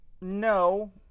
No